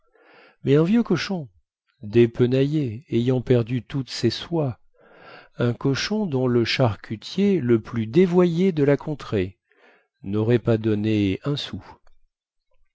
mais un vieux cochon dépenaillé ayant perdu toutes ses soies un cochon dont le charcutier le plus dévoyé de la contrée naurait pas donné un sou